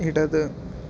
ഇടത്